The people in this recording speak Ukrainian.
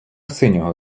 синього